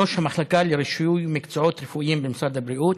ראש המחלקה לרישוי מקצועות רפואיים במשרד הבריאות,